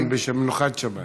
הם בשבת, במנוחת שבת.